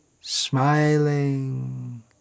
smiling